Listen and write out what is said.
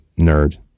nerd